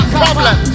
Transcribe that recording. problem